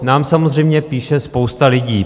Nám samozřejmě píše spousta licí.